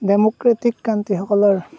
democratic কাণ্ট্ৰীসকলৰ